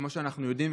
כמו שאנחנו יודעים,